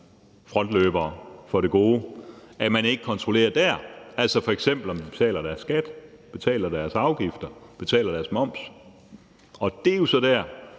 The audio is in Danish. frontløbere for det gode – altså kontrollerer, om de f.eks. betaler deres skat, betaler deres afgifter, betaler deres moms. Det er jo så der,